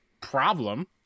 problem